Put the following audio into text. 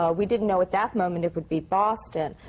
ah we didn't know at that moment it would be boston,